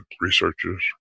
researchers